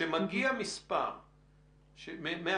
כשמגיע מספר מהשב"כ